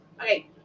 Okay